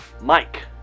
Mike